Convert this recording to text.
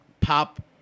pop